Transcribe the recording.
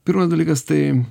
pirmas dalykas tai